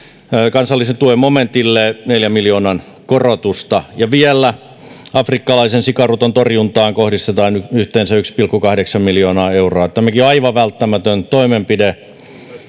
kansallisen tuen momentille ehdotetaan neljän miljoonan korotusta ja vielä afrikkalaisen sikaruton torjuntaan kohdistetaan yhteensä yksi pilkku kahdeksan miljoonaa euroa tämäkin on aivan välttämätön toimenpide